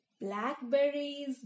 blackberries